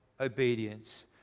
obedience